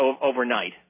overnight